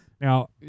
Now